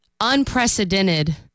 unprecedented